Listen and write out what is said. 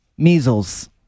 Measles